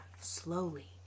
Slowly